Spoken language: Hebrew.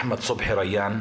אחמד סובחי ריאן,